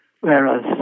whereas